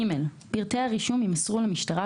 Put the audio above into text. (ג)פרטי הרישום יימסרו למשטרה,